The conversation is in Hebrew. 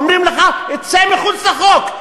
אומרים לך: צא מחוץ לחוק.